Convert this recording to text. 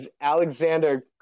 Alexander